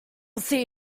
see